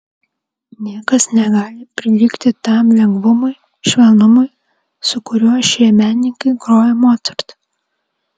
niekas negali prilygti tam lengvumui švelnumui su kuriuo šie menininkai groja mocartą